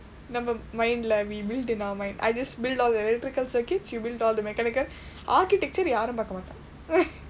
nevermind lah we build in our mind I just build all the electrical circuits you build all the mechanical architecture யாரும் பார்க்க மாட்டான்:yaarum paarkka maatdaan